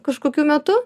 kažkokiu metu